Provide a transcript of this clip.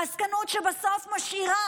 עסקנות שבסוף משאירה